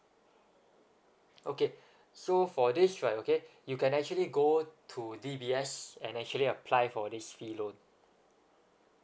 okay so for this right okay you can actually go to D_B_S and actually apply for this fee loan